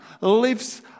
Lives